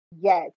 Yes